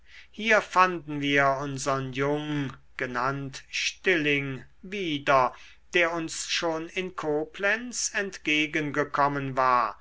hier fanden wir unsern jung genannt stilling wieder der uns schon in koblenz entgegengekommen war